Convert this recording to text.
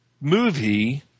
movie